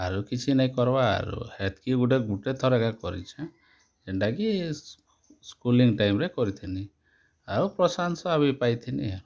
ଆରୁ କିଛି ନାଇ କର୍ବାର୍ ଆରୁ ହେତ୍କି ଗୁଟେ ଗୁଟେଥର କରିଛେଁ ଯେନ୍ଟା କି ସ୍କୁଲିଂ ଟାଇମ୍ରେ କରିଥିଲି ଆଉ ପ୍ରଶଂସା ବି ପାଇଥିଲି